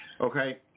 okay